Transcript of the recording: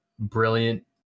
Brilliant